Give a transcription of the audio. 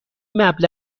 مبلغ